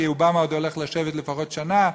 כי אובמה עוד הולך לשבת לפחות שנה,